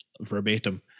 verbatim